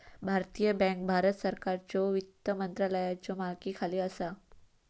भारतीय बँक भारत सरकारच्यो वित्त मंत्रालयाच्यो मालकीखाली असा